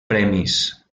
premis